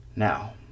Now